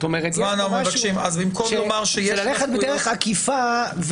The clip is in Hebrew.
זה ללכת בדרך עקיפה.